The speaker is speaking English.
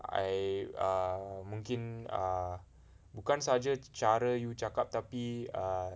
I err mungkin err bukan saja cara you cakap tapi err